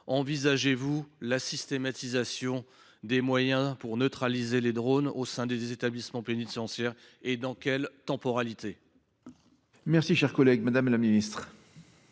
Envisagez vous la systématisation des moyens pour neutraliser les drones au sein des établissements pénitentiaires ? Si oui, selon